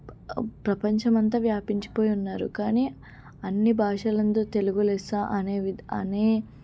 ప్రపంచం అంత వ్యాపించిపోయి ఉన్నారు కానీ అన్ని భాషలందు తెలుగు లెస్స అనేవి అనే